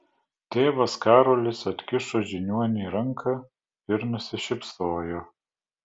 tėvas karolis atkišo žiniuoniui ranką ir nusišypsojo